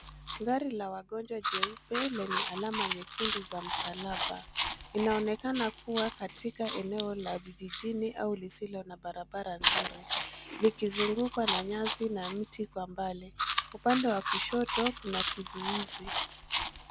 Gari la wagonjwa jeupe lenye alama nyekundu za msalaba. Linaonekana kuwa katika eneo la vijijini au lisilo na barabara nzuri. Likizungukwa na nyasi na mti kwa mbali. Upande wa kushoto kuna kizuizi.